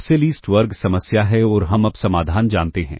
सबसे लीस्ट वर्ग समस्या है और हम अब समाधान जानते हैं